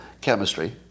Chemistry